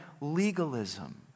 legalism